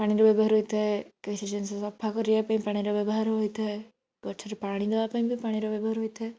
ପାଣିର ବ୍ୟବହାର ହୋଇଥାଏ କିଛି ଜିନିଷ ସଫା କରିବା ପାଇଁ ପାଣିର ବ୍ୟବହାର ହୋଇଥାଏ ଗଛରେ ପାଣି ଦେବା ପାଇଁ ବି ପାଣିର ବ୍ୟବହାର ହୋଇଥାଏ